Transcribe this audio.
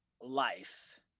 life